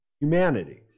humanity